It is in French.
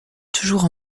toujours